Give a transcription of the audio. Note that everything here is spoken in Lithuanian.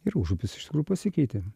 ir užupis iš tikrųjų pasikeitė